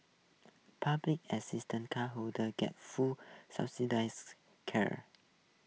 public assistance cardholders got full subsidised care